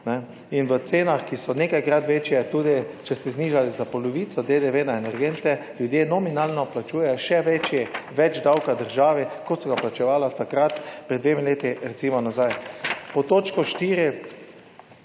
V cenah, ki so nekajkrat večje tudi če ste znižali za polovico DDV na energente ljudje nominalno plačujejo še večji več davka državi kot so ga plačevali takrat, pred dvemi leti, recimo nazaj. Pod točko 4.